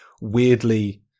weirdly